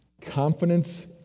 Confidence